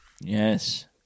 Yes